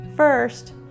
First